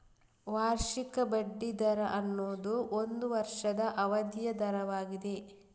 ವಾರ್ಷಿಕ ಬಡ್ಡಿ ದರ ಅನ್ನುದು ಒಂದು ವರ್ಷದ ಅವಧಿಯ ದರವಾಗಿದೆ